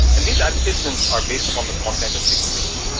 and these advertisements are based upon the content of your email.